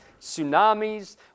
tsunamis